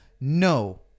no